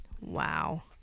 Wow